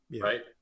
right